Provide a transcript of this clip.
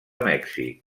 mèxic